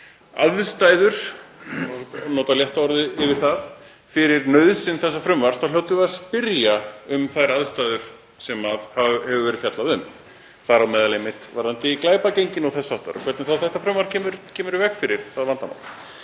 aðstæður, notum létta orðið yfir það, fyrir nauðsyn þessa frumvarps, þá hljótum við að spyrja um þær aðstæður sem hefur verið fjallað um, þar á meðal einmitt varðandi glæpagengin og þess háttar og hvernig þetta frumvarp kemur í veg fyrir það vandamál.